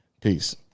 Peace